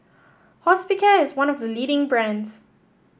Hospicare is one of the leading brands